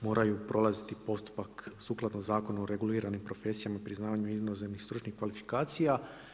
Moraju prolaziti postupak sukladno Zakonu o reguliranim profesijama, priznavanju inozemnih stručnih kvalifikacija.